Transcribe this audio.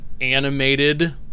animated